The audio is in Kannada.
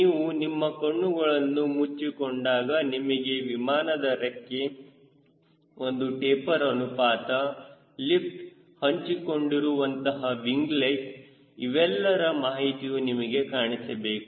ನೀವು ನಿಮ್ಮ ಕಣ್ಣುಗಳನ್ನು ಮುಚ್ಚಿಕೊಂಡಾಗ ನಿಮಗೆ ವಿಮಾನದ ರೆಕ್ಕೆ ಒಂದು ಟೆಪರ್ ಅನುಪಾತ ಲಿಫ್ಟ್ ಹಂಚಿಕೊಂಡಿರುವಂತಹ ವಿಂಗ್ಲೆಟ್ ಇವೆಲ್ಲರ ಮಾಹಿತಿಯು ನಿಮಗೆ ಕಾಣಿಸಬೇಕು